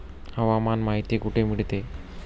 हवामान माहिती कुठे मिळते?